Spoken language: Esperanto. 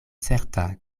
certa